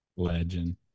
legend